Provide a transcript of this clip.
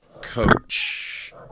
Coach